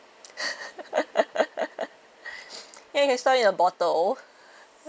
yes you can store in a bottle